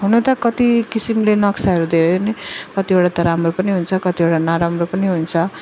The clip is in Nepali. हुनु त कति किसिमले नक्साहरू धेरै नै कतिवटा त राम्रो पनि हुन्छ कतिवटा नराम्रो पनि हुन्छ